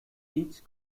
each